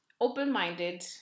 open-minded